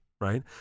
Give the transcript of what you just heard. right